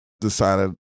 decided